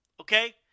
okay